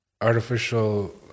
artificial